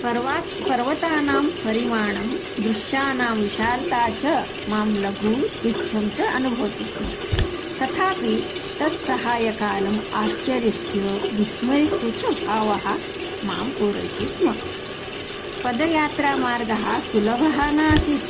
पर्वतः पर्वतानां परिमाणं दृश्यानां विशालता च मां लघु तुच्छं च अनुभवति स्म तथापि तत् सहायकालम् आश्चर्यस्य विस्मयस्य च भावः मां पूरयति स्म पदयात्रा मार्गः सुलभः नासीत्